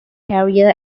career